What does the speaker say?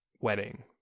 wedding